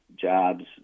jobs